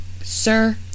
sir